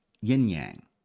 Yin-yang